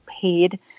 paid